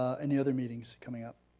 ah any other meetings coming up?